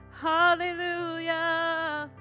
Hallelujah